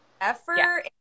effort